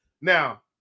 Now